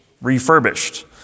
refurbished